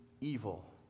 evil